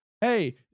Hey